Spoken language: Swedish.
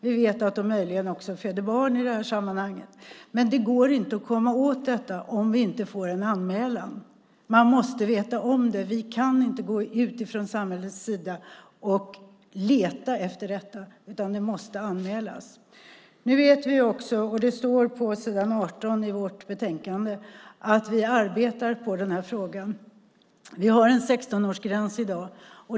Vi vet att de möjligen också föder barn i det sammanhanget. Men det går inte att komma åt detta om vi inte får en anmälan. Man måste veta om det. Vi kan inte gå ut från samhällets sida och leta efter detta. Det måste anmälas. Vi vet och det står på s. 18 i vårt betänkande att vi arbetar på den här frågan. Vi har en 16-årsgräns i dag.